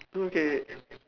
okay